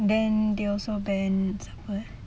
then they also ban siapa eh